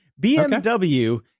BMW